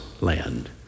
land